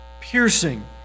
piercing